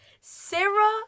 Sarah